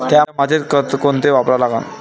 थ्या मातीत खतं कोनचे वापरा लागन?